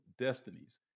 destinies